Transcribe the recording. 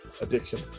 addiction